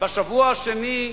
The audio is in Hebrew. בשבוע השני,